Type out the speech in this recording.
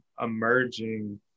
emerging